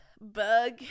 bug